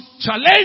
challenge